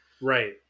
Right